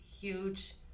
huge